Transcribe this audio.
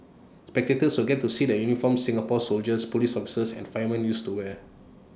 spectators will get to see the uniforms Singapore's soldiers Police officers and firemen used to wear